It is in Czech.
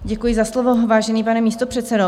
Děkuji za slovo, vážený pane místopředsedo.